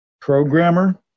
programmer